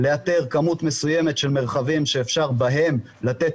לאתר כמות מסוימת של מרחבים שאפשר בהם לתת